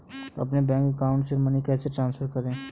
अपने bank account से money कैसे ट्रांसफर करें?